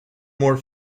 more